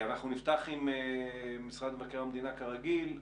נפתח עם משרד מבקר המדינה, כרגיל.